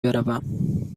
بروم